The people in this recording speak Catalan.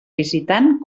visitant